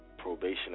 Probation